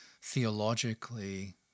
theologically